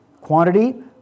quantity